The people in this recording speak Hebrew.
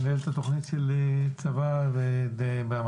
מנהלת התוכנית לצבא וחברה,